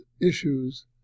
issues